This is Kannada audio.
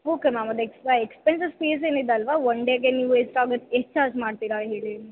ಓಕೆ ಮ್ಯಾಮ್ ಅದು ಎಕ್ಸ್ಟ್ರಾ ಎಕ್ಸ್ಪೆನ್ಸೆಸ್ ಫೀಸ್ ಏನಿದೆ ಅಲ್ಲವ ಒನ್ ಡೇಗೆ ನೀವು ಎಷ್ಟಾಗತ್ತೆ ಎಷ್ಟು ಚಾರ್ಜ್ ಮಾಡ್ತೀರ ಹೇಳಿ